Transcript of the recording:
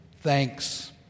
thanks